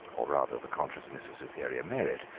or rather the consciousness of superior merit,